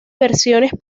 versiones